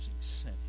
sin